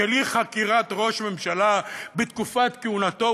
של אי-חקירת ראש ממשלה בתקופת כהונתו,